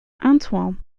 antoine